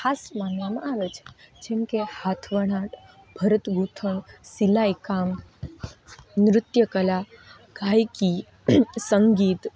ખાસ માનવામાં આવે છે જેમકે હાથવણાટ ભરતગૂંથણ સિલાઈકામ નૃત્યકલા ગાઈકી સંગીત